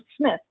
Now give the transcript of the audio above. Smith